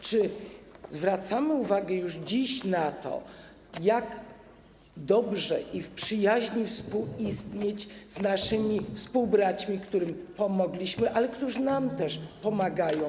Czy zwracamy już dziś uwagę na to, jak dobrze i w przyjaźni współistnieć z naszymi współbraćmi, którym pomogliśmy i którzy nam też pomagają?